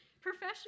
professional